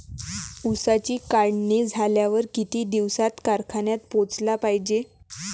ऊसाची काढणी झाल्यावर किती दिवसात कारखान्यात पोहोचला पायजे?